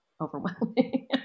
overwhelming